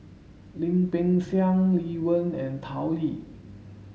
Lim Peng Siang Lee Wen and Tao Li